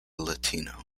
latino